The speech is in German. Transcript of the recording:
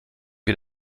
wir